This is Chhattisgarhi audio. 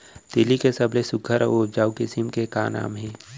तिलि के सबले सुघ्घर अऊ उपजाऊ किसिम के नाम का हे?